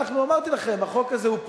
אמרתי לכם, החוק הזה הוא פרומו.